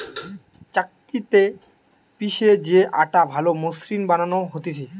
চাক্কিতে পিষে যে আটা ভালো মসৃণ বানানো হতিছে